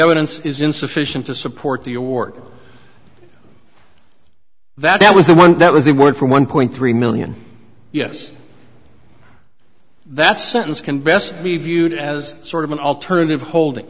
evidence is insufficient to support the award that was the one that was the word for one point three million yes that's sentence can best be viewed as sort of an alternative holding